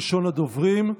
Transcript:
ראשון הדוברים,